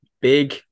Big